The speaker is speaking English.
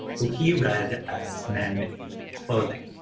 who he read as men in women's clothing,